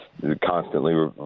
constantly